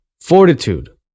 fortitude